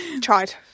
tried